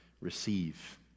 receive